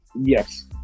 Yes